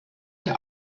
der